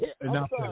Enough